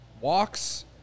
walks